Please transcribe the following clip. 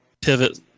pivot